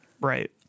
right